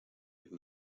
who